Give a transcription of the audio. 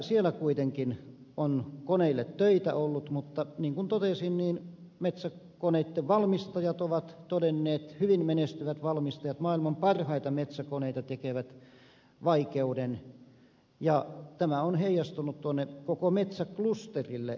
siellä kuitenkin on koneille töitä ollut mutta niin kuin totesin metsäkoneitten valmistajat ovat todenneet hyvin menestyvät valmistajat maailman parhaita metsäkoneita tekevät vaikeuden ja tämä on heijastunut koko metsäklusterille vaikeutena